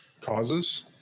causes